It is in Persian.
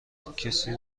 کسی